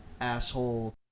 asshole